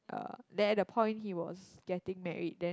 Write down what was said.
uh there the point he was getting married then